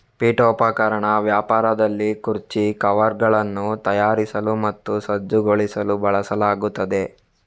ಪೀಠೋಪಕರಣ ವ್ಯಾಪಾರದಲ್ಲಿ ಕುರ್ಚಿ ಕವರ್ಗಳನ್ನು ತಯಾರಿಸಲು ಮತ್ತು ಸಜ್ಜುಗೊಳಿಸಲು ಬಳಸಲಾಗುತ್ತದೆ